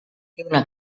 lluna